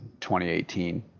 2018